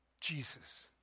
Jesus